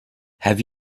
have